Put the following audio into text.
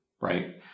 right